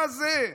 מה זה?